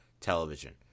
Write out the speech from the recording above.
television